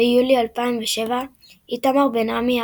22 ביולי 2007 איתמר בן-עמי,